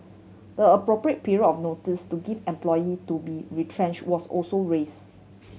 the appropriate period of notice to give employee to be retrenched was also raised